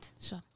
sure